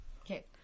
okay